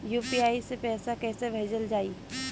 UPI से पैसा कइसे भेजल जाई?